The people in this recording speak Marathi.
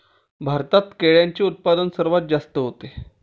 भारतात केळ्यांचे उत्पादन सर्वात जास्त होते